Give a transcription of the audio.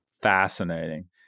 fascinating